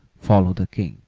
follow the king.